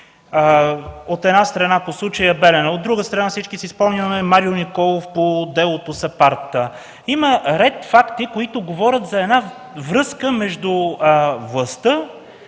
от една страна, по случая Белене, от друга страна, всички си спомняме Марио Николов по делото САПАРД, има ред факти, които говорят за връзка между властта